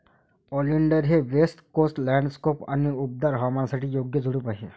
oleander हे west coast landscape आणि उबदार हवामानासाठी योग्य झुडूप आहे